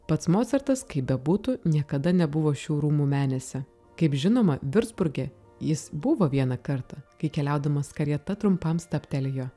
pats mocartas kaip bebūtų niekada nebuvo šių rūmų menėse kaip žinoma viurcburge jis buvo vieną kartą kai keliaudamas karieta trumpam stabtelėjo